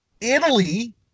Italy